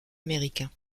américain